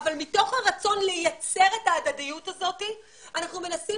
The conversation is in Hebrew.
שמתוך הרצון לייצר את ההדדיות הזאת אנחנו מנסים